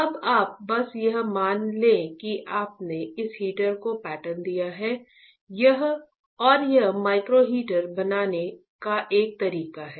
अब आप बस यह मान लें कि आपने इस हीटर को पैटर्न दिया है और यह माइक्रो हीटर बनाने का एक तरीका है